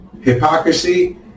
hypocrisy